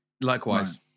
Likewise